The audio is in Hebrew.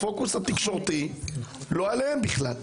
הפוקוס התקשורתי לא עליהם בכלל.